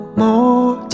more